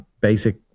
basic